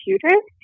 computer